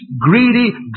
greedy